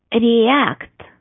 react